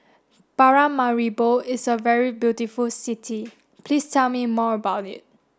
Paramaribo is a very beautiful city Please tell me more about it